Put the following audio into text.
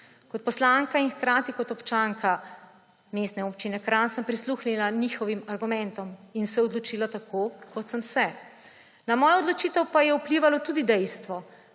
Kot poslanka in hkrati kot občanka Mestne občine Kranj sem prisluhnila njihovim argumentom in se odločila tako, kot sem se. Na mojo odločitev pa je vplivalo tudi dejstvo,